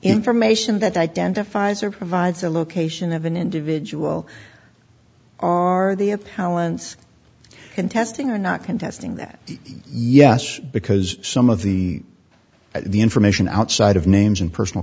information that identifies or provides a location of an individual are they a powerless contesting or not contesting that yes because some of the the information outside of names and personal